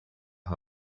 her